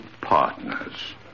partners